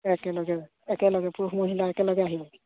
একেলগে একেলগে পুৰুষ মহিলা একেলগে আহিব